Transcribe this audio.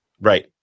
Right